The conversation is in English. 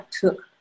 took